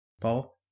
Paul